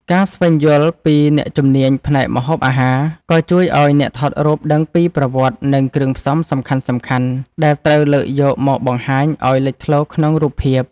ការស្វែងយល់ពី អ្នកជំនាញផ្នែកម្ហូបអាហារ ក៏ជួយឱ្យអ្នកថតរូបដឹងពីប្រវត្តិ និងគ្រឿងផ្សំសំខាន់ៗ ដែលត្រូវលើកយកមកបង្ហាញឱ្យលេចធ្លោក្នុងរូបភាព។